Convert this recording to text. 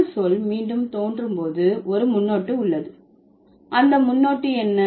முதல் சொல் மீண்டும் தோன்றும் போது ஒரு முன்னொட்டு உள்ளது அந்த முன்னொட்டு என்ன